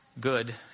good